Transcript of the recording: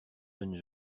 jeunes